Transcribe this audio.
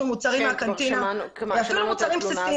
מוצרים מהקנטינה ואפילו מוצרים בסיסיים.